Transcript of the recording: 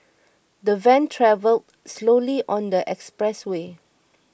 the van travelled slowly on the expressway